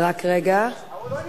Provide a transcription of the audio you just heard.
רק רגע, הוא לא נרשם.